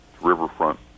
Riverfront